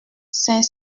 saint